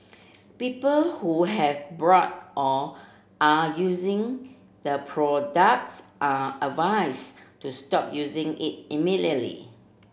people who have bought or are using the products are advise to stop using it immediately